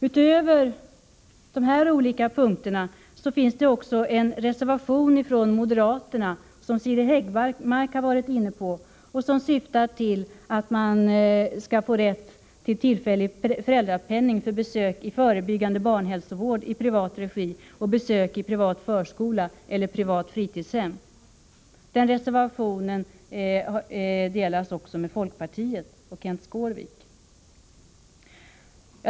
Utöver de punkter som jag nu har tagit upp finns också en reservation från moderaterna som Siri Häggmark har berört och som syftar till att man skall få rätt till tillfällig föräldrapenning för besök i förebyggande barnhälsovård i privat regi och för besök i privat förskola eller privat fritidshem. Bakom den reservationen står också folkpartiet och Kenth Skårvik.